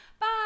Bye